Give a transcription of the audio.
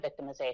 victimization